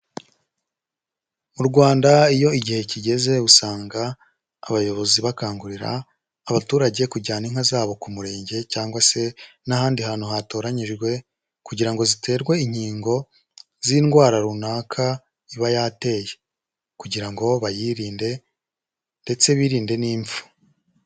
Mu Rwanda iyo igihe kigeze usanga abayobozi bakangurira abaturage kujyana inka zabo ku murenge cyangwa se n'ahandi hantu hatoranyijwe kugira ngo ziterwe inkingo z'indwara runaka iba yateye kugira ngo bayirinde ndetse birinde n'imfu.